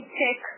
check